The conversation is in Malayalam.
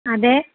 അതെ